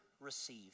receive